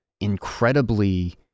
incredibly